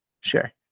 Sure